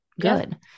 good